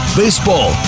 baseball